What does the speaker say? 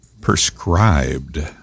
prescribed